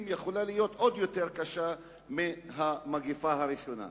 יכולה להיות עוד יותר קשה מהמגפה הראשונה.